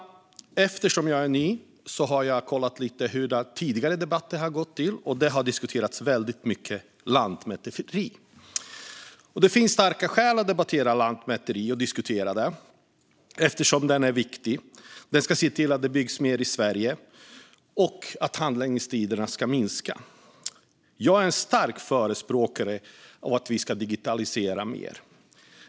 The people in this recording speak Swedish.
Eftersom jag är ny har jag kollat lite på hur tidigare debatter har gått till. Det har diskuterats väldigt mycket lantmäteri. Det finns starka skäl att debattera och diskutera lantmäteri. Det är viktigt. Lantmäteriet ska se till att det byggs mer i Sverige och att handläggningstiderna minskar. Jag är en stark förespråkare för att vi ska digitalisera mer.